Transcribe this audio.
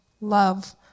love